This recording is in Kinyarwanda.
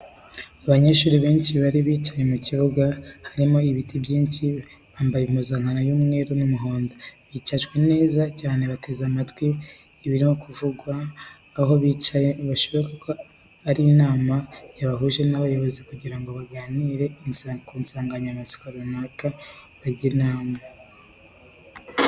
Abanyeshuri benshi bari bicaye mu kibuga harimo ibiti byinshi bambaye impuzankano y'umweru n'umuhondo. Bicajwe neza cyane bateze amatwi ibirimo kuvugirwa aho bicaye bishoboke ko ari inama yabahuje y'abayobozi kugira ngo baganire ku nsanganyamatsiko runaka ngo bajye inama .